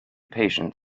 patient